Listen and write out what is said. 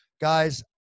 guys